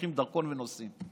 לוקחים דרכון ונוסעים.